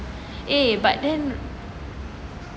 eh but then